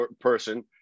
person